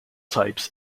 types